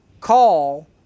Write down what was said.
call